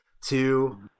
Two